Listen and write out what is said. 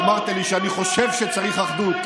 אמרת לי: אתה חושב שצריך אחדות.